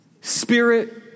Spirit